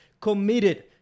committed